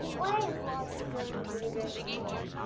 why is walter going to the great war?